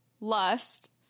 lust